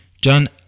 John